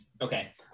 Okay